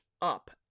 up